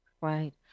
right